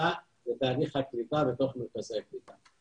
הקליטה ותהליך הקליטה מתבצע במרכזי הקליטה.